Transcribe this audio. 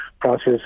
process